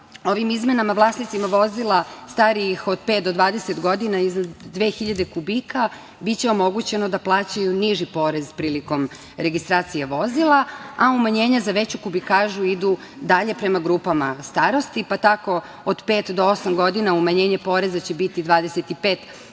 Ovim izmenama vlasnicima vozila starijih od pet do 20 godina iznad 2.000 kubika biće omogućeno da plaćaju niži porez prilikom registracije vozila, a umanjenje za veću kubikažu idu dalje prema grupama starosti, pa tako od pet do osam godina umanjenje poreza će biti 25%